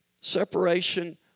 separation